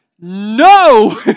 no